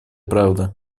правда